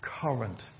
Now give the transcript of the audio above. current